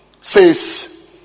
says